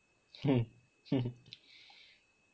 mm mm